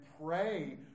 pray